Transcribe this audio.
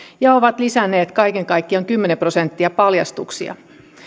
ja ovat lisänneet kaiken kaikkiaan kymmenen prosenttia paljastuksia